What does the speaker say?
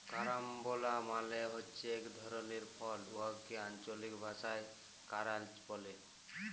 carambola মালে হছে ইক ধরলের ফল উয়াকে আল্চলিক ভাষায় কারান্চ ব্যলে